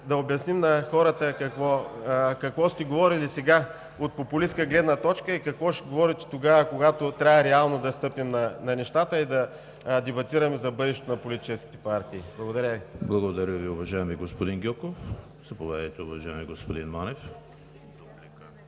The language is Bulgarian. да обясним на хората какво сте говорили сега от популистка гледна точка и какво ще говорите тогава, когато трябва реално да стъпим на нещата и да дебатираме за бъдещето на политическите партии. Благодаря Ви. ПРЕДСЕДАТЕЛ ЕМИЛ ХРИСТОВ: Благодаря Ви, уважаеми господин Гьоков. Уважаеми господин Манев,